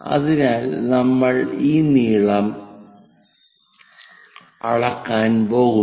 അതിനാൽ നമ്മൾ ഈ നീളം അളക്കാൻ പോകുന്നു